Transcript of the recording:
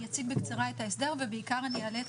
אני אציג בקצרה את ההסדר ובעיקר אני אעלה את